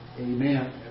Amen